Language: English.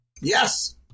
Yes